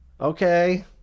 okay